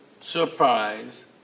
surprise